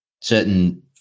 Certain